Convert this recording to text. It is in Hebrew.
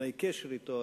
נתוני קשר אתו,